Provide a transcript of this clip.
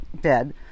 dead